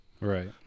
Right